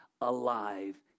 alive